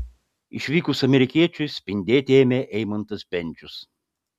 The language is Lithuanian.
išvykus amerikiečiui spindėti ėmė eimantas bendžius